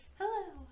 hello